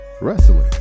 Wrestling